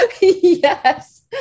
yes